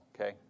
okay